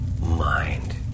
mind